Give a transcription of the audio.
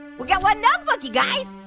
we got one notebook, you guys.